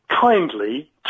kindly